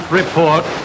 report